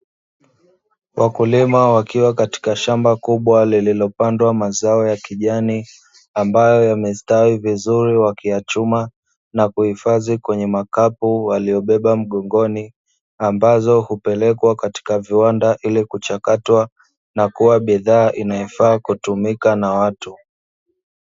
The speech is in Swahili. Wakulima wakiwa katika shamba kubwa lililopandwa mazao ya kijani ambayo yamestawi vizuri, wakiyachuma na kuhifadhi kwenye makapu waliyobeba mgongoni, ambazo hupelekwa katika viwanda ili kuchakatwa, na kuwa bidhaa inayofaa kutumika na watu.